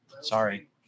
Sorry